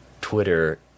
Twitter